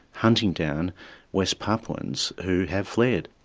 hunting down west papuans who have fled.